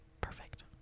perfect